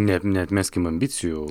net ne neatmeskim ambicijų